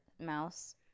Mouse